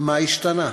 מה השתנה?